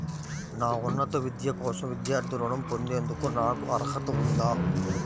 నా ఉన్నత విద్య కోసం విద్యార్థి రుణం పొందేందుకు నాకు అర్హత ఉందా?